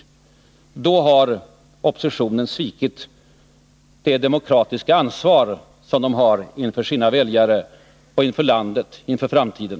Då har oppositionen svikit det demokratiska ansvar som den har inför sina väljare, inför landet och inför framtiden.